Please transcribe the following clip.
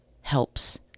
helps